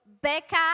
Becca